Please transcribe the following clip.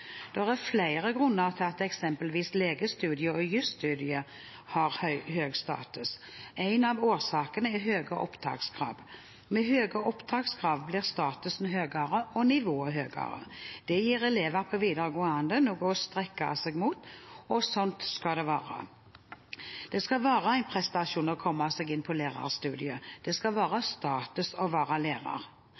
er flere grunner til at eksempelvis legestudiet og jusstudiet har høy status. En av årsakene er høye opptakskrav. Med høye opptakskrav blir statusen høyere og nivået høyere. Det gir elever på videregående noe å strekke seg mot. Slik skal det være. Det skal være en prestasjon å komme seg inn på lærerstudiet. Det skal være status å være lærer.